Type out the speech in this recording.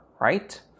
right